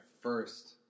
first